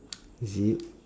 is it